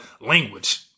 language